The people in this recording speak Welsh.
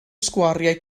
sgwariau